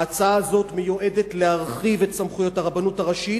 ההצעה הזאת מיועדת להרחיב את סמכויות הרבנות הראשית